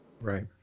right